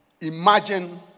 imagine